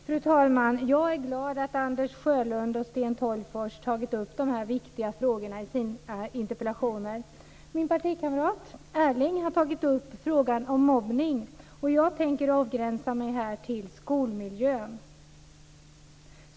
Fru talman! Jag är glad att Anders Sjölund och Sten Tolgfors har tagit upp dessa viktiga frågor i sina interpellationer. Min partikamrat Erling Wälivaara har tagit upp frågan om mobbning, men jag tänker här avgränsa mig till skolmiljön.